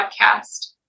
podcast